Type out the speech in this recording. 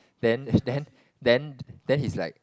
then then then then he's like